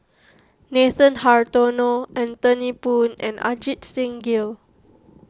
Nathan Hartono Anthony Poon and Ajit Singh Gill